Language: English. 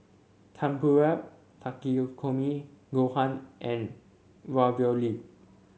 Tempura Takikomi Gohan and Ravioli